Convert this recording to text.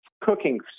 cooking